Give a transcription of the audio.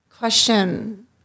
Question